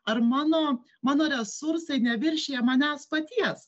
ar mano mano resursai neviršija manęs paties